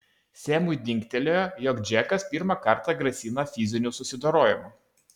semui dingtelėjo jog džekas pirmą kartą grasina fiziniu susidorojimu